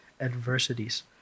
adversities